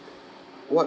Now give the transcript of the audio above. what